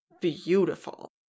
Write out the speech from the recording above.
beautiful